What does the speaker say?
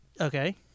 Okay